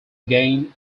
again